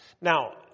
Now